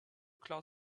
cloud